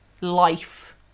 life